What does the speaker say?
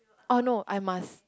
oh no I must